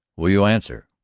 will you answer?